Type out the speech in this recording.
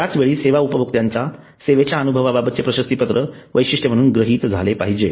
त्याच वेळी सेवा उपभोक्त्यांचा सेवेच्या अनुभवाबाबतचे प्रशस्तिपत्र वैशिष्ठ म्हणून गृहीत झाले पाहिजे